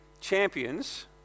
champions